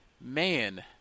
man